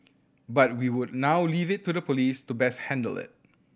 but we would now leave it to the police to best handle it